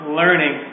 learning